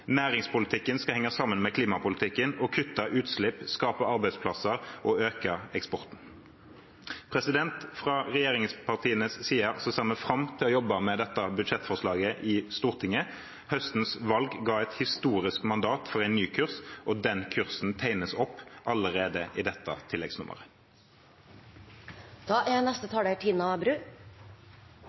Næringspolitikken skal henge sammen med klimapolitikken og kutte utslipp, skape arbeidsplasser og øke eksporten. Fra regjeringspartienes side ser vi fram til å jobbe med dette budsjettforslaget i Stortinget. Høstens valg ga et historisk mandat for en ny kurs, og den kursen tegnes opp allerede i dette